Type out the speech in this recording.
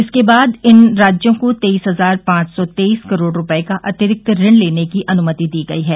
इसके बाद इन राज्यों को तेईस हजार पांच सौ तेईस करोड़ रूपये का अतिरिक्त ऋण लेने की अनुमति दी गई है